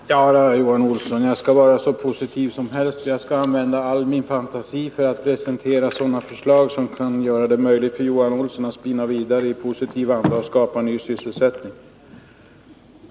Fru talman! Ja då, Johan Olsson, jag skall vara hur positiv som helst! Jag skall använda all min fantasi för att åstadkomma förslag som gör det möjligt för Johan Olsson att i positiv anda spinna vidare och skapa ny sysselsättning!